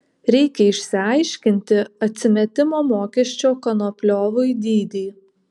reikia išsiaiškinti atsimetimo mokesčio konopliovui dydį